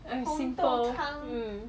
I'm simple mm